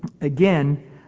again